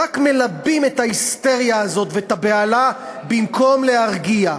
רק מלבים את ההיסטריה הזאת ואת הבהלה במקום להרגיע,